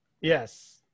Yes